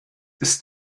ist